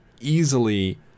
easily